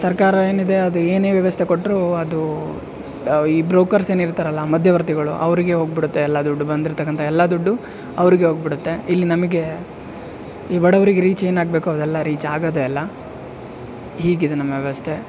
ಸರ್ಕಾರ ಏನಿದೆ ಅದು ಏನೇ ವ್ಯವಸ್ಥೆ ಕೊಟ್ರು ಅದು ಈ ಬ್ರೋಕರ್ಸ್ ಏನು ಇರ್ತಾರಲ್ಲ ಮಧ್ಯವರ್ತಿಗಳು ಅವರಿಗೆ ಹೋಗ್ಬಿಡುತ್ತೆ ಎಲ್ಲ ದುಡ್ಡು ಬಂದಿರತಕ್ಕಂಥ ಎಲ್ಲ ದುಡ್ಡು ಅವರಿಗೆ ಹೋಗ್ಬಿಡುತ್ತೆ ಇಲ್ಲಿ ನಮಗೆ ಈ ಬಡವರಿಗೆ ರೀಚ್ ಏನು ಆಗಬೇಕೋ ಅವೆಲ್ಲ ರೀಚ್ ಆಗೋದೇ ಇಲ್ಲ ಹೀಗಿದೆ ನಮ್ಮ ವ್ಯವಸ್ಥೆ